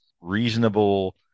reasonable